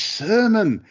sermon